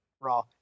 raw